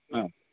हा